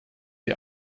die